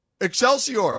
Excelsior